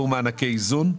מענקי איזון.